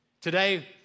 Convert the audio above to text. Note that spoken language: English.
Today